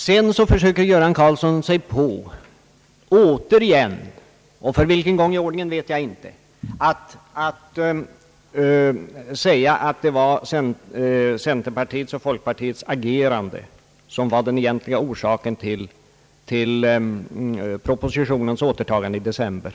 Sedan försöker herr Göran Karlsson återigen — för vilken gång i ordningen vet jag inte — att påstå att det var centerpartiets och folkpartiets agerande som var den egentliga orsaken till propositionens återtagande i december.